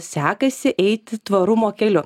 sekasi eiti tvarumo keliu